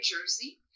Jersey